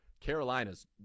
Carolina's